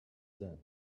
done